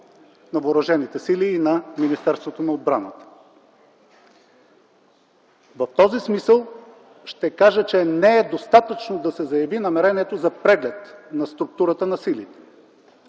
на въоръжените сили и на Министерството на отбраната. В този смисъл ще кажа, че не е достатъчно да се заяви намерението за преглед на структурата на силите.